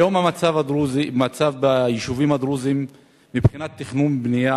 היום המצב ביישובים הדרוזיים מבחינת תכנון בנייה,